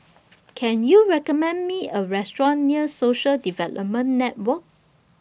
Can YOU recommend Me A Restaurant near Social Development Network